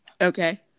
Okay